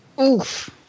Oof